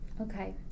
Okay